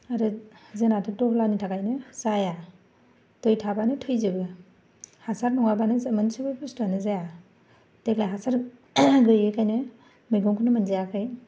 आरो जोंनाथ' दहलानि थाखायनो जाया दै थाबानो थैजोबो हासार नङाबानो मोनसेबो बुस्थुआनो जाया देग्लाय हासार गैयिखायनो मैगंखौनो मोनजायाखै